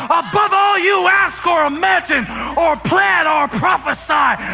above all you ask or imagine or plan or prophesy.